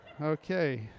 okay